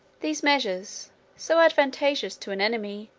these measures so advantageous to an enemy,